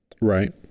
Right